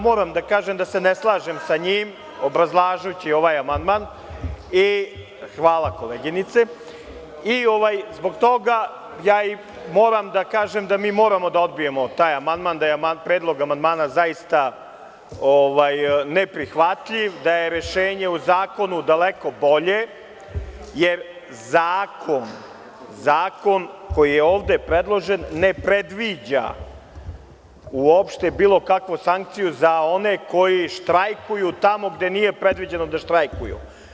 Moram da kažem da se ne slažem sa njim, obrazlažući ovaj amandman, i zbog toga moram da kažem da mi moramo da odbijemo taj amandman, da je predlog amandmana zaista neprihvatljiv, da je rešenje u zakonu daleko bolje, jer zakon koji je ovde predložen ne predviđa uopšte bilo kakvu sankciju za one koji štrajkuju tamo gde nije predviđeno da štrajkuju.